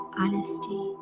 honesty